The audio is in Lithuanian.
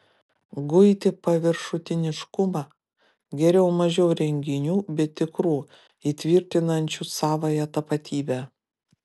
guiti paviršutiniškumą geriau mažiau renginių bet tikrų įtvirtinančių savąją tapatybę